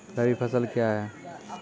रबी फसल क्या हैं?